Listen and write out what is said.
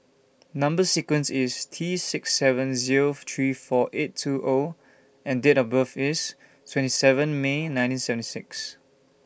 Number sequence IS T six seven Zero three four eight two O and Date of birth IS twenty seven May nineteen seven six